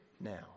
now